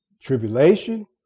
tribulation